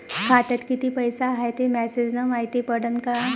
खात्यात किती पैसा हाय ते मेसेज न मायती पडन का?